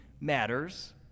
matters